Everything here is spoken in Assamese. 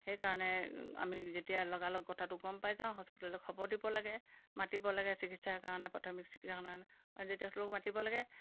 সেইকাৰণে আমি যেতিয়া লগালগ কথাটো গম পাই যাওঁ হস্পিতেলত খবৰ দিব লাগে মাতিব লাগে চিকিৎসাৰ কাৰণে প্ৰাথমিক চিকিৎসাৰ কাৰণে মাতিব লাগে